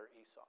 Esau